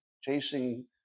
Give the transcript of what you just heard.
chasing